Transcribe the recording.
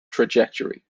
trajectory